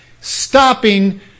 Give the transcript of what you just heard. stopping